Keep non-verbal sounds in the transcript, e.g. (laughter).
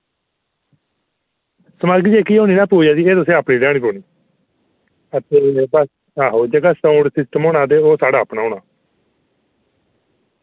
समाग्री जेह्की होनी ना पूजा दी एह् तुसें आपूं लेआनी पौनी (unintelligible) आहो जेह्का साउंड सिस्टम होना ते ओ साढ़ा अपना होना